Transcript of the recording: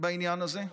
בעניין הזה.